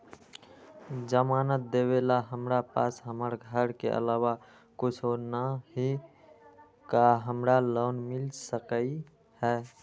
जमानत देवेला हमरा पास हमर घर के अलावा कुछो न ही का हमरा लोन मिल सकई ह?